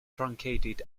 truncated